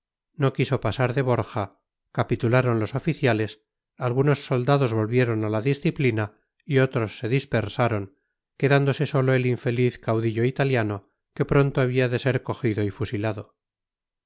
no quiso pasar de borja capitularon los oficiales algunos soldados volvieron a la disciplina y otros se dispersaron quedándose solo el infeliz caudillo italiano que pronto había de ser cogido y fusilado